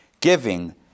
giving